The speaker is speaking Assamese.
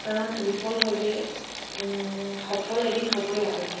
কাৰণ বিফল হ'লে সফল এদিন হ'বই আপুনি